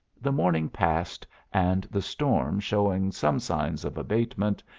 the morning passed, and the storm showing some signs of abatement,